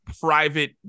private